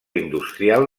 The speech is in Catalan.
industrial